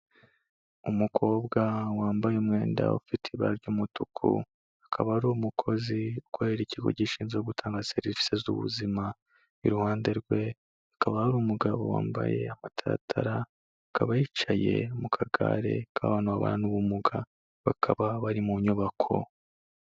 Umukobwa wambaye umwenda ufite ibara ry'umutuku, akaba ari umukozi ukorera ikigo gishinzwe gutanga serivisi z'ubuzima, iruhande rwe hakaba hari umugabo wambaye amatatara, akaba yicaye mu kagare k'abantu bana n'ubumuga, bakaba bari mu nyubako.